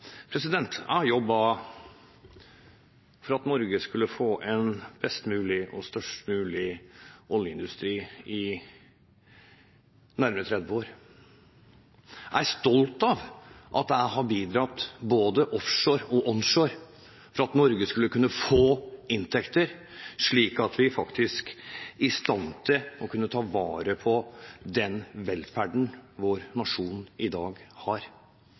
Jeg har i nærmere 30 år jobbet for at Norge skulle få en best mulig og størst mulig oljeindustri. Jeg er stolt av at jeg har bidratt – både offshore og onshore – til at Norge skulle kunne få inntekter, slik at vi ville være i stand til å ta vare på den velferden vår nasjon har i dag.